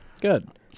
Good